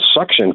suction